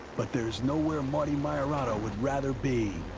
but there's nowhere marty meierotto would rather be.